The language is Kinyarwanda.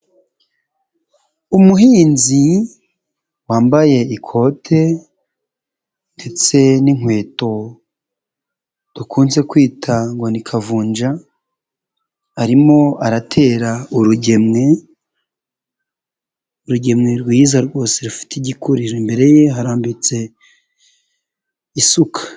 Umuhinzi wambaye ikote, ndetse n'inkweto dukunze kwita ngo ni kavunja, arimo aratera urugemwe, urugemwe rwiza rwose rufite igikuriro imbere ye harambitse isuka.